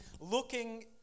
looking